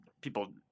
people